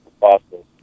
possible